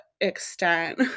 extent